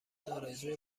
ارزوی